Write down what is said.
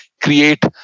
create